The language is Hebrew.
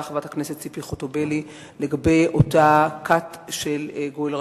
חברת הכנסת ציפי חוטובלי לגבי אותה כת של גואל רצון.